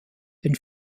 den